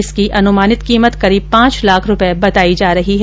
इसकी अनुमानित कीमत करीब पांच लाख रुपए बताई जा रही है